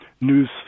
news